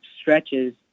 stretches